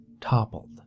toppled